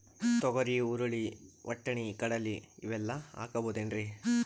ತೊಗರಿ, ಹುರಳಿ, ವಟ್ಟಣಿ, ಕಡಲಿ ಇವೆಲ್ಲಾ ಹಾಕಬಹುದೇನ್ರಿ?